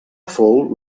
fou